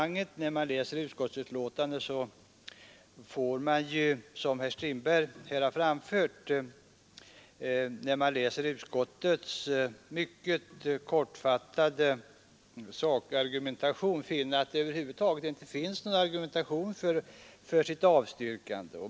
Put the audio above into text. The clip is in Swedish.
När man läser utskottets mycket kortfattade betänkande finner man, som herr Strindberg framhållit, att det över huvud taget inte finns någon saklig argumentation för avstyrkandet.